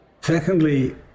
Secondly